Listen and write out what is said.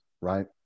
right